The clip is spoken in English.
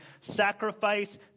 Sacrifice